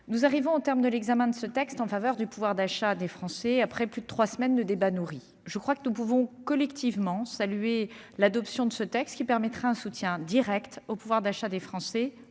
Nous arrivons au terme de l'examen de ce texte en faveur du pouvoir d'achat des Français, après plus de trois semaines de débats nourris. Je crois que nous pouvons collectivement saluer l'adoption de ce texte qui favorisera le pouvoir d'achat des Français,